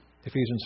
Ephesians